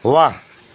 वाह